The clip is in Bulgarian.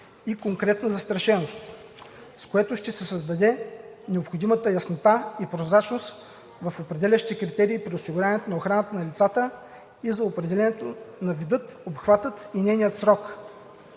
и „конкретна застрашеност“, с което ще се създаде необходимата яснота и прозрачност в определящите критерии при осигуряването на охрана на лицата и за определянето на вида, обхвата и нейния срок.